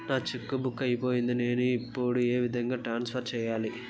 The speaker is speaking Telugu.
నా చెక్కు బుక్ అయిపోయింది నేను ఇప్పుడు ఏ విధంగా ట్రాన్స్ఫర్ సేయాలి?